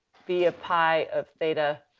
v of pi of theta.